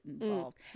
involved